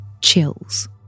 chills